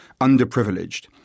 underprivileged